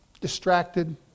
distracted